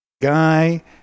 guy